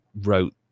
wrote